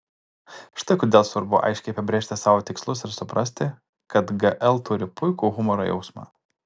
štai kodėl svarbu aiškiai apibrėžti savo tikslus ir suprasti kad gl turi puikų humoro jausmą